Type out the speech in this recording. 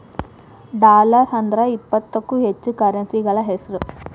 dollar ಅಂದ್ರ ಇಪ್ಪತ್ತಕ್ಕೂ ಹೆಚ್ಚ ಕರೆನ್ಸಿಗಳ ಹೆಸ್ರು